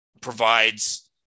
provides